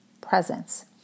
presence